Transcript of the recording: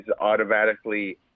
automatically